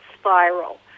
spiral